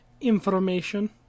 information